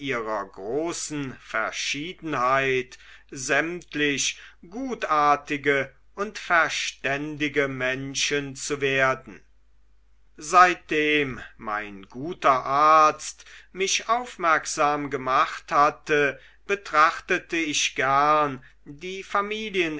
großen verschiedenheit sämtlich gutartige und verständige menschen zu werden seitdem mein guter arzt mich aufmerksam gemacht hatte betrachtete ich gern die